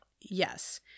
Yes